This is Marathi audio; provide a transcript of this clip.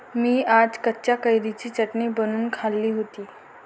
मी आज कच्च्या कैरीची चटणी बनवून खाल्ली होती